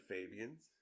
Fabian's